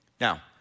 Now